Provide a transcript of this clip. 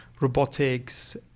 robotics